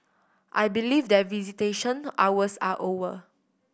I believe that visitation hours are over